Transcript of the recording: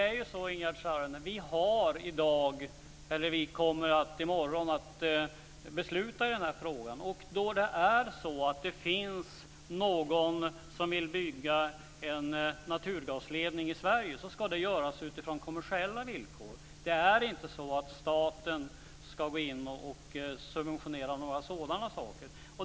Fru talman! Vi kommer att besluta i den här frågan i morgon, Ingegerd Saarinen. Om det finns någon som vill bygga en naturgasledning i Sverige ska det göras utifrån kommersiella villkor. Staten ska inte gå in och subventionera några sådana saker.